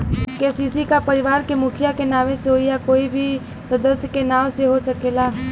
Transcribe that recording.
KCC का परिवार के मुखिया के नावे होई या कोई भी सदस्य के नाव से हो सकेला?